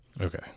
Okay